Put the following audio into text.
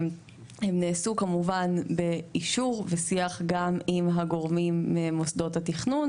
הם נעשו כמובן באישור ובשיח גם עם הגורמים ממוסדות התכנון,